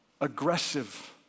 aggressive